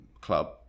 club